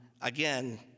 again